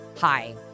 Hi